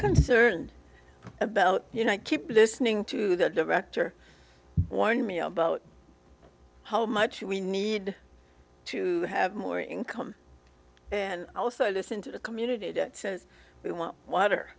concerned about you know i keep listening to the director warning me about how much we need to have more income and also listen to the community that says we want water